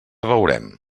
veurem